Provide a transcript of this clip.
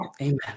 Amen